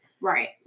Right